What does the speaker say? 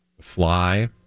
Fly